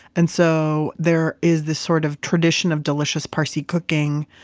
and so there is this sort of tradition of delicious parsi cooking,